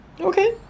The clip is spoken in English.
Okay